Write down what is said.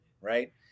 right